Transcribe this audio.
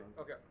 okay